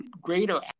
greater